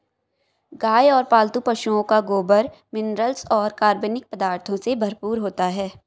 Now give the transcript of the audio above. गाय और पालतू पशुओं का गोबर मिनरल्स और कार्बनिक पदार्थों से भरपूर होता है